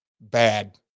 bad